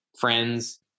friends